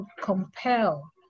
compel